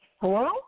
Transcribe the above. Hello